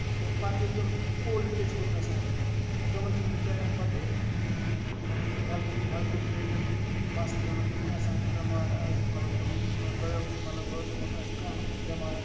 تہٕ پَتہٕ ییٚلہِ تِم اولڈ ایج کُن گژھان چھِ تِمن چھُنہٕ بِچارین پَتہٕ مطلب یہِ ہیلتھ ہیلتھ رِلیٹِڈ مَسلہٕ یِمن تِم آسان چھِ بیمارن مطلب تِم دۄیو مطلب بٲنژَو منٛز آسہِ کانہہ بیمار